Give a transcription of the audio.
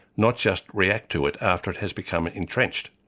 not just react to it after it has become entrenched.